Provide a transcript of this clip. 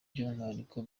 by’umwihariko